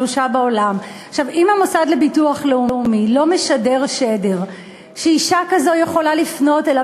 אם המוסד לביטוח לאומי לא משדר שדר שאישה כזאת יכולה לפנות אליו,